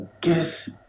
guess